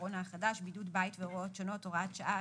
הקורונה החדש) (בידוד בית והוראות שונות) (הוראת שעה),